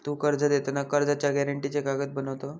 तु कर्ज देताना कर्जाच्या गॅरेंटीचे कागद बनवत?